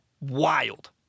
wild